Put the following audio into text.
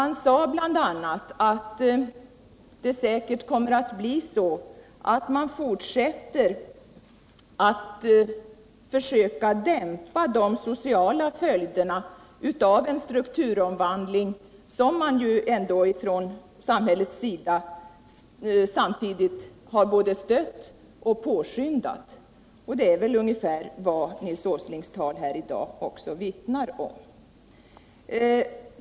De sade bl.a. att det säkert kommer att bli så att man fortsätter att försöka dämpa de sociala följderna av en strukturomvandling, som man från samhällets sida ändå samtidigt har både stött och påskyndat. Och det är väl ungefär vad Nils Åslings anförande här i dag vittnar om.